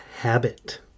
habit